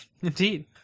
Indeed